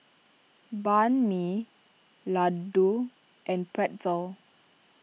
Banh Mi Ladoo and Pretzel